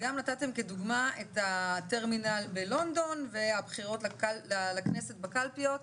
וגם נתתם כדוגמה את הטרמינל בלונדון ואת הבחירות לכנסת בקלפיות,